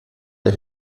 der